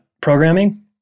programming